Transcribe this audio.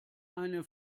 eine